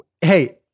hey